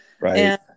right